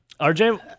RJ